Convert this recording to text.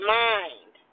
mind